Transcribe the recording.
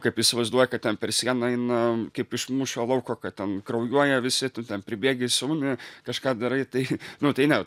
kaip įsivaizduoja kad ten per sieną eina kaip iš mūšio lauko kad ten kraujuoja visi ten pribėgi siūni kažką darai tai nu tai ne